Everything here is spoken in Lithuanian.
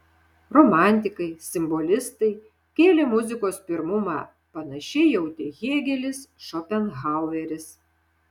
romantikai simbolistai kėlė muzikos pirmumą panašiai jautė hėgelis šopenhaueris